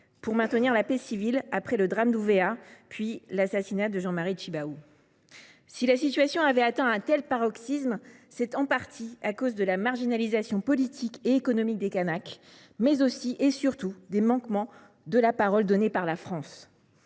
pour maintenir la paix civile après le drame d’Ouvéa, puis l’assassinat de Jean Marie Tjibaou. Si la situation avait atteint un tel paroxysme, c’est en partie à cause de la marginalisation politique et économique des Kanaks, mais aussi, et surtout, en raison des manquements à la parole donnée par la France.